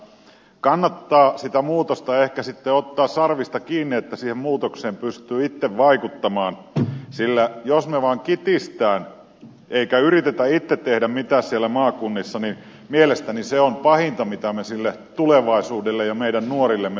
kannattaa sitä muutosta ehkä ottaa sarvista kiinni että siihen muutokseen pystyy itse vaikuttamaan sillä jos me vaan kitisemme emmekä yritä itse tehdä mitään siellä maakunnissa niin mielestäni se on pahinta mitä me sille tulevaisuudelle ja meidän nuorillemme voimme tehdä